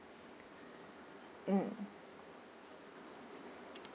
mm